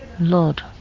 Lord